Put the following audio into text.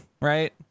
right